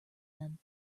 them